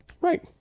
right